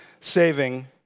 saving